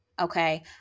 Okay